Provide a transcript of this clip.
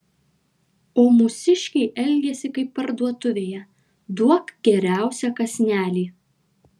o mūsiškiai elgiasi kaip parduotuvėje duok geriausią kąsnelį